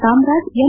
Kamaraj M